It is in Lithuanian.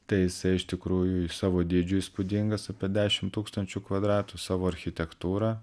tai jisai iš tikrųjų ir savo dydžiu įspūdingas apie dešim tūkstančių kvadratų savo architektūra